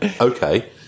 okay